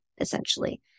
essentially